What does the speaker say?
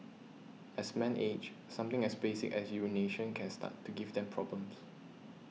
as men age something as basic as urination can start to give them problems